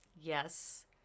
Yes